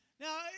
Now